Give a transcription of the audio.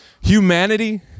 Humanity